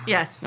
Yes